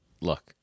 Look